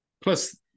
plus